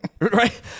right